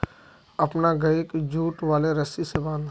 अपनार गइक जुट वाले रस्सी स बांध